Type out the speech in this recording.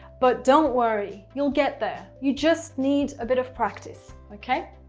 but don't worry, you'll get there. you just need a bit of practice. okay?